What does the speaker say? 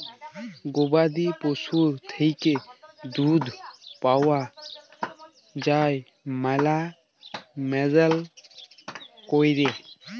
গবাদি পশুর থ্যাইকে দুহুদ পাউয়া যায় ম্যালা ম্যালেজ ক্যইরে